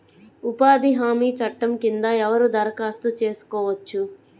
ఉపాధి హామీ చట్టం కింద ఎవరు దరఖాస్తు చేసుకోవచ్చు?